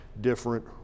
different